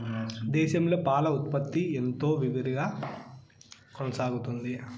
దేశంలో పాల ఉత్పత్తి ఎంతో విరివిగా కొనసాగుతోంది